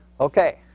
Okay